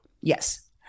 Yes